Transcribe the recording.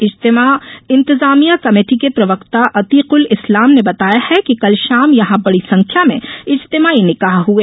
इज्तिमा इंतजाभिया कमेटी के प्रवक्ता अतिकुल इस्लाम ने बताया है कि कल शाम यहां बड़ी संख्या में इज्तिमाई निकाह हुए